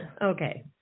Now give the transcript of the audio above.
Okay